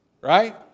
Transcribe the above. right